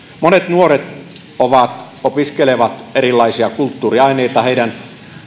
monet nuoret opiskelevat erilaisia kulttuuriaineita heidän